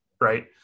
Right